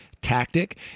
tactic